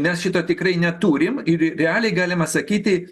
mes šito tikrai neturim ir realiai galima sakyti